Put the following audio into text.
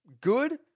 good